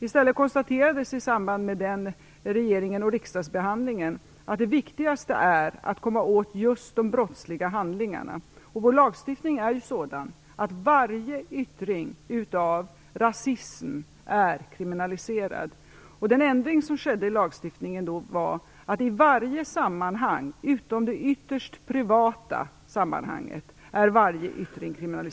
I samband med den regerings och riksdagsbehandlingen konstaterades i stället att det viktigaste är att komma åt just de brottsliga handlingarna. Vår lagstiftning är ju sådan att varje yttring av rasism är kriminaliserad. Den ändring som då skedde i lagstiftningen innebär att varje yttring är kriminaliserad i alla sammanhang utom det ytterst privata.